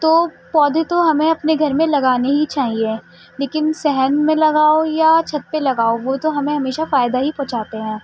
تو پودے تو ہمیں اپنے گھر میں لگانے ہی چاہیے لیکن صحن میں لگاؤ یا چھت پہ لگاؤ وہ تو ہمیں ہمیشہ فائدہ ہی پہنچاتے ہیں